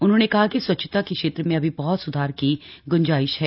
उन्होंने कहा कि स्वच्छता के क्षेत्र में अभी बहत सुधार की ग्ंजाइश है